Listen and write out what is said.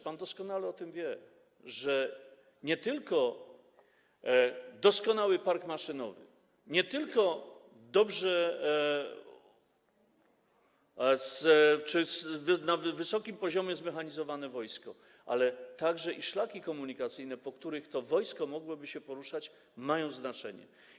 Pan doskonale o tym wie, że nie tylko doskonały park maszynowy, nie tylko zmechanizowane na wysokim poziomie wojsko, ale także szlaki komunikacyjne, po których to wojsko mogłoby się poruszać, mają znaczenie.